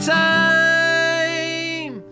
time